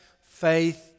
faith